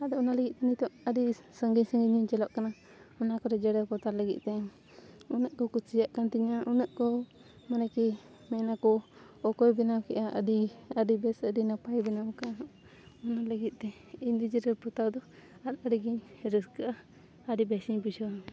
ᱟᱫᱚ ᱚᱱᱟ ᱞᱟᱹᱜᱤᱫ ᱛᱮ ᱱᱤᱛᱚᱜ ᱟᱹᱰᱤ ᱥᱟᱺᱜᱤᱧ ᱥᱟᱺᱜᱤᱧ ᱤᱧ ᱪᱟᱞᱟᱜ ᱠᱟᱱᱟ ᱚᱱᱟ ᱠᱚᱨᱮ ᱡᱮᱲᱮᱨ ᱯᱚᱛᱟᱣ ᱞᱟᱹᱜᱤᱫ ᱛᱮ ᱩᱱᱟᱹᱜ ᱠᱚ ᱠᱩᱥᱤᱭᱟᱜ ᱠᱟᱱ ᱛᱤᱧᱟ ᱩᱱᱟᱹᱜ ᱠᱚ ᱢᱟᱱᱮ ᱠᱤ ᱢᱮᱱᱟᱠᱚ ᱚᱠᱚᱭ ᱵᱮᱱᱟᱣ ᱠᱮᱜᱼᱟ ᱟᱹᱰᱤ ᱟᱹᱰᱤ ᱵᱮᱥ ᱟᱹᱰᱤ ᱱᱟᱯᱟᱭ ᱵᱮᱱᱟᱣ ᱠᱟᱜᱼᱟ ᱚᱱᱟ ᱞᱟᱹᱜᱤᱫ ᱛᱮ ᱤᱧ ᱫᱚ ᱡᱮᱨᱮᱲ ᱯᱚᱛᱟᱣ ᱫᱚ ᱟᱨ ᱟᱹᱰᱤ ᱜᱤᱧ ᱨᱟᱹᱥᱠᱟᱹᱜᱼᱟ ᱟᱹᱰᱤ ᱵᱮᱥᱤᱧ ᱵᱩᱡᱷᱟᱹᱣᱟ